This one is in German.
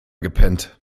gepennt